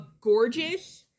gorgeous